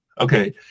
Okay